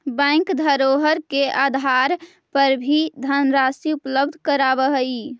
bank धरोहर के आधार पर भी धनराशि उपलब्ध करावऽ हइ